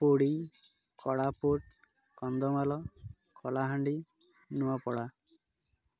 Puri Koraput Kandhamal Kalahandi Nuapada